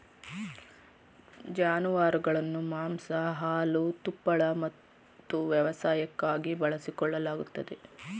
ಜಾನುವಾರುಗಳನ್ನು ಮಾಂಸ ಹಾಲು ತುಪ್ಪಳ ಮತ್ತು ವ್ಯವಸಾಯಕ್ಕಾಗಿ ಬಳಸಿಕೊಳ್ಳಲಾಗುತ್ತದೆ